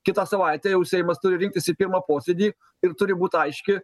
kitą savaitę jau seimas turi rinktis į pirmą posėdį ir turi būti aiški